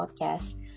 podcast